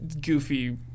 goofy